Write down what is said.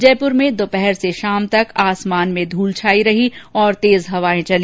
जयपुर में दोपहर से शाम तक आसामान में धूल छाई रही और तेज हवाएं चली